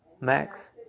Max